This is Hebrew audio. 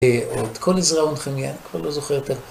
את כל עזרה ונחמיה, אני כבר לא זוכר יותר.